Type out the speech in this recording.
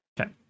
Okay